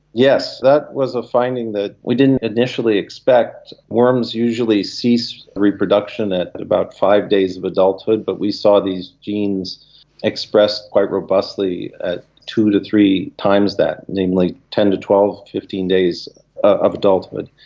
yes, that was a finding that we didn't initially expect. worms usually cease reproduction at about five days of adulthood. but we saw these genes expressed quite robustly at two to three times that, namely ten to twelve, fifteen days of adulthood.